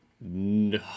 no